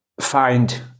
find